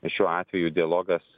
šiuo atveju dialogas